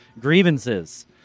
grievances